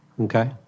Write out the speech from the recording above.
Okay